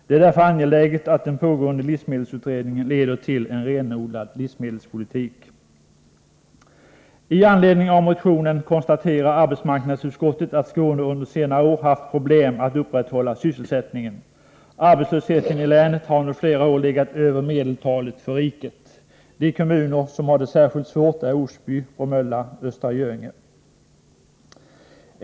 Det är därför angeläget att den pågående livsmedelsutredningen leder till en renodlad livsmedelspolitik. Med anledning av motionen konstaterar arbetsmarknadsutskottet att Skåne under senare år haft problem med att upprätthålla sysselsättningen. Arbetslösheten i länet har under flera år legat över medeltalet för riket. De kommuner som har det särskilt svårt är Osby, Bromölla och Östra Göinge.